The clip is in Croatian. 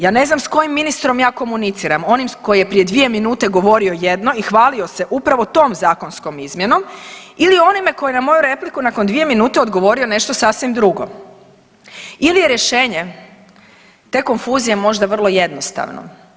Ja ne znam s kojim ministrom ja komuniciram, onim koji je prije dvije minute govorio jedno i hvalio se upravo tom zakonskom izmjenom ili onime koji je na moju repliku nakon dvije minute odgovorio nešto sasvim drugo ili je rješenje te konfuzije možda vrlo jednostavno.